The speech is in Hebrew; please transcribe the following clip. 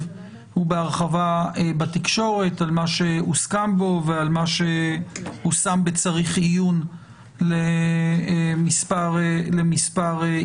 ובהרחבה בתקשורת על מה שהוסכם בו ועל מה הושם וצריך עיון למספר ימים.